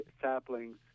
saplings